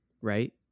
right